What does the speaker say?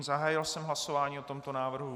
Zahájil jsem hlasování o tomto návrhu.